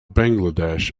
bangladesh